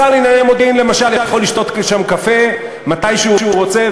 השר לענייני מודיעין למשל יכול לשתות שם קפה מתי שהוא רוצה,